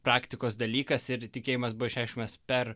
praktikos dalykas ir tikėjimas bašešmas per